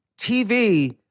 TV